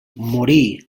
morí